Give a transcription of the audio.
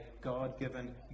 God-given